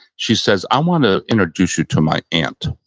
she says, i want to introduce you to my aunt.